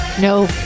No